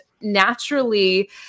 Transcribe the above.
naturally